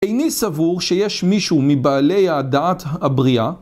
איני סבור שיש מישהו מבעלי הדעת הבריאה